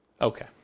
Okay